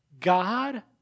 God